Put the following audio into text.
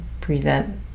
present